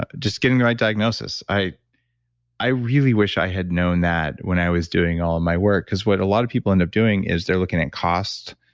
ah just getting the right diagnosis. i i really wish i had known that when i was doing all of my work. because what a lot of people end up doing, is they're looking at cost,